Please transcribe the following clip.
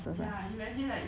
but still I would choose